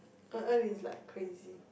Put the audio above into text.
En En is like crazy